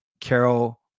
carol